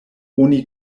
oni